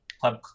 club